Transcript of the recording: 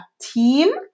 team